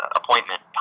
appointment